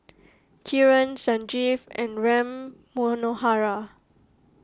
Kiran Sanjeev and Ram Manohar